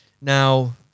Now –